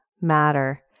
matter